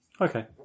Okay